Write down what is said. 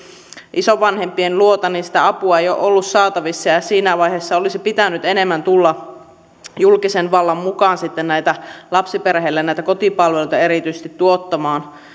isovanhempien luota niin sitä apua ei ole ollut saatavissa ja ja siinä vaiheessa olisi pitänyt enemmän tulla julkisen vallan mukaan lapsiperheille näitä kotipalveluita erityisesti tuottamaan